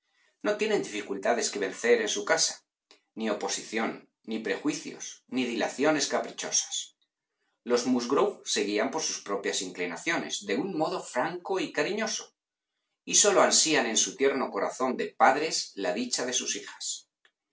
no tienen dificultades que vencer en su casa ni oposición ni prejuicios ni dilaciones caprichosas los musgrove se guían por sus propias inclinaciones de un modo franco y cariñoso y sólo ansian en su tierno corazón de padres la dicha de sus hijas